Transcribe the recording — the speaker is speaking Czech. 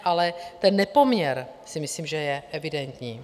Ale ten nepoměr si myslím, že je evidentní.